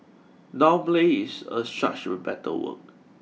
downplay is a such better word